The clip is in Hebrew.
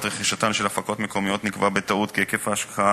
רכישתן של הפקות מקומיות נקבע בטעות כי היקף ההשקעה